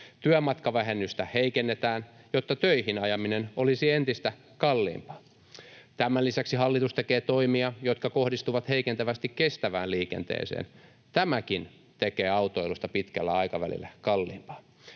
Työmatkavähennystä heikennetään, jotta töihin ajaminen olisi entistä kalliimpaa. Tämän lisäksi hallitus tekee toimia, jotka kohdistuvat heikentävästi kestävään liikenteeseen. Tämäkin tekee autoilusta pitkällä aikavälillä kalliimpaa.